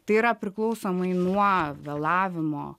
tai yra priklausomai nuo vėlavimo